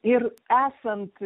ir esant